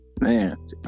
Man